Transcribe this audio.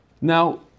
Now